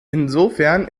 insofern